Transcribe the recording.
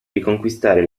riconquistare